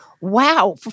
wow